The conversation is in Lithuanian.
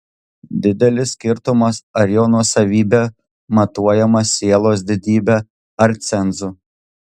didelis skirtumas ar jo nuosavybė matuojama sielos didybe ar cenzu